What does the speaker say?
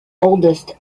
oldest